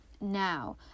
Now